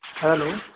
hello